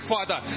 Father